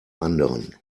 anderen